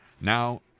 Now